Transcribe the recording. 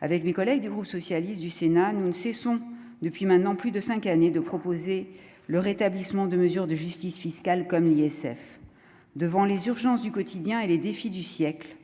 avec mes collègues du groupe socialiste du Sénat, nous ne cessons depuis maintenant plus de 5 années de proposer le rétablissement de mesure de justice fiscale comme l'ISF devant les urgences du quotidien et les défis du siècle